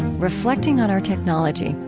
reflecting on our technology.